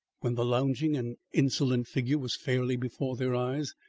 when the lounging and insolent figure was fairly before their eyes,